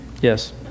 Yes